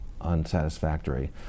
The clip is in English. unsatisfactory